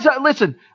listen